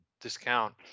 discount